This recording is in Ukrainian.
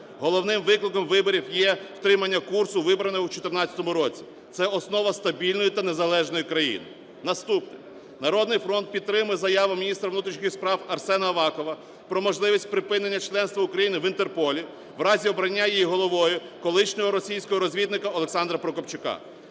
Головним викликом виборів є втримання курсу, вибраного у 2014 році, – це основа стабільної та незалежної країни. Наступне. "Народний фронт" підтримує заяву міністра внутрішніх справ Арсена Авакова про можливість припинення членства України в Інтерполі в разі обрання її головою колишнього російського розвідника Олександра Прокопчука.